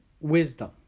wisdom